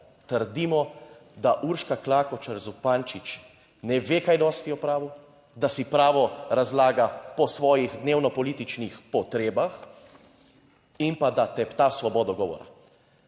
trdimo, da Urška Klakočar Zupančič ne ve kaj dosti o pravu, da si pravo razlaga po svojih dnevnopolitičnih potrebah in pa da tepta svobodo govora.